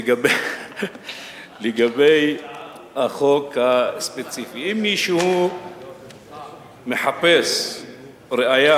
לגבי החוק הספציפי, אם מישהו מחפש ראיה,